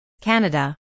Canada